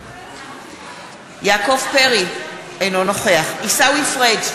נגד יעקב פרי, אינו נוכח עיסאווי פריג'